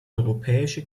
europäische